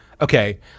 okay